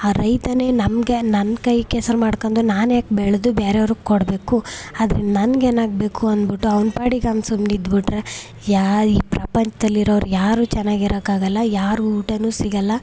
ಆ ರೈತನೇ ನಮಗೆ ನನ್ನ ಕೈ ಕೆಸರು ಮಾಡ್ಕೊಂಡು ನಾನು ಯಾಕೆ ಬೆಳೆದು ಬ್ಯಾರೆಯವ್ರಿಗ್ ಕೊಡಬೇಕು ಅದ್ರಿಂದ ನನ್ಗೆ ಏನಾಗಬೇಕು ಅನ್ಬಿಟ್ಟು ಅವ್ನ ಪಾಡಿಗೆ ಅವ್ನು ಸುಮ್ನಿದ್ಬಿಟ್ರೆ ಯಾರೂ ಈ ಪ್ರಪಂಚದಲ್ಲಿರೋರು ಯಾರೂ ಚೆನ್ನಾಗಿ ಇರೋಕ್ಕಾಗಲ್ಲ ಯಾರಿಗೂ ಊಟನೂ ಸಿಗಲ್ಲ